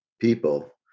people